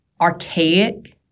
archaic